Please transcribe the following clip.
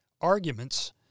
arguments